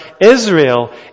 Israel